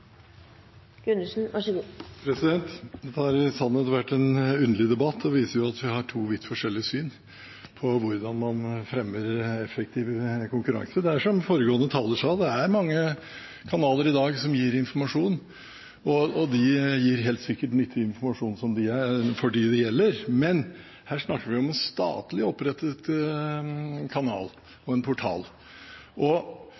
Dette har i sannhet vært en underlig debatt, og den viser at vi har to vidt forskjellige syn på hvordan man fremmer effektiv konkurranse. Det er, som en tidligere taler sa, mange kanaler i dag som gir informasjon. De gir helt sikkert nyttig informasjon for dem det gjelder, men her snakker vi om en statlig opprettet kanal – en portal. Når man sammenligner prisportaler for strøm og